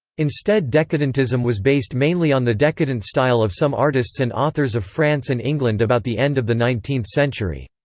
instead decadentism was based mainly on the decadent style of some artists and authors of france and england about the end of the nineteenth century.